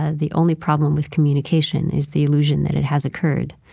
ah the only problem with communication is the illusion that it has occurred.